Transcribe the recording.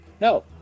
no